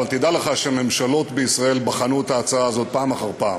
אבל תדע לך שממשלות בישראל בחנו את ההצעה הזאת פעם אחר פעם,